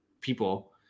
people